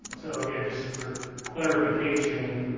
so again, just for clarification.